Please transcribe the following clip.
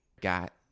got